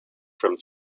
from